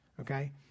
okay